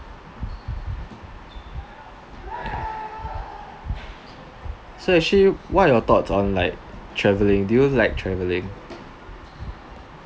so actually what your thoughts on like travelling do you like travelling